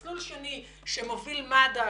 מסלול שני שמוביל מד"א